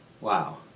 Wow